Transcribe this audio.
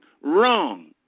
Wrong